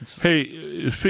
Hey